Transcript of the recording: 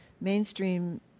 mainstream